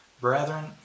Brethren